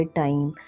time